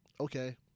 okay